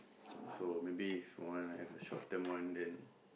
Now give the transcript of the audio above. so maybe If I wanna have a short term one then